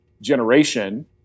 generation